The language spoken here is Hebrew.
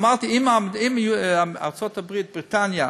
אמרתי: אם ארצות הברית, בריטניה,